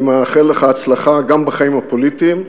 אני מאחל לך הצלחה גם בחיים הפוליטיים,